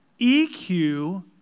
EQ